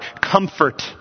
Comfort